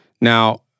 Now